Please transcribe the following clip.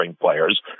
players